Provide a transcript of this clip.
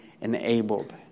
enabled